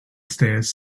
stairs